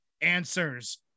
answers